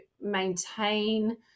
maintain